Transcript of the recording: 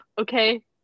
okay